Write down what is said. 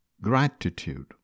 Gratitude